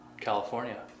California